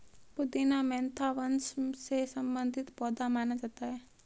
पुदीना मेंथा वंश से संबंधित पौधा माना जाता है